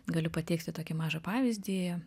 galiu pateikti tokį mažą pavyzdį